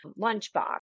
lunchbox